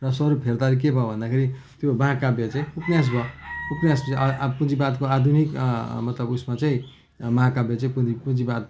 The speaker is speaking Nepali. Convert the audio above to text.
र स्वरूप फेर्दा के भयो भन्दाखेरि त्यो महाकाव्य चाहिँ उपन्यास भयो उपन्यास पुँजीवादको आधुनिक मतलब उयोमा चाहिँ महाकाव्य चाहिँ पुँजीवाद